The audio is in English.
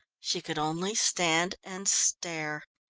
she could only stand and stare.